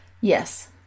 yes